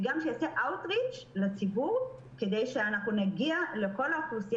וגם שייצא out reach לציבור כדי שנגיע לכל האוכלוסייה